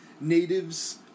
natives